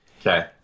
Okay